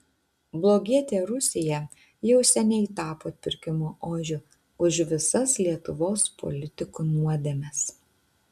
blogietė rusija jau seniai tapo atpirkimo ožiu už visas lietuvos politikų nuodėmes